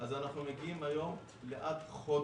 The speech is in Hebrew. אז אנחנו מגיעים היום לעד חודש.